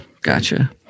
Gotcha